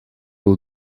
wil